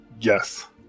Yes